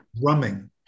drumming